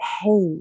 hey